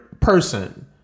person